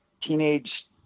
teenage